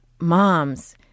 moms –